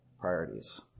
priorities